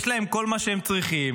יש להם כל מה שהם צריכים,